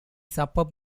supper